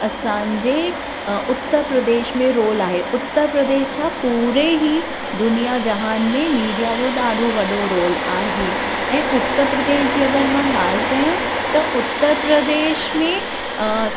असांजे उत्तर प्रदेश में रोल आहे उत्तर प्रदेश छा पूरे ई दुनिया जहान में मीडिया जो ॾाढो वॾो रोल आहे ऐं उत्तर प्रदेश जी अगरि मां ॻाल्हि कयां त उत्तर प्रदेश में